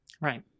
Right